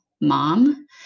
mom